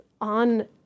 on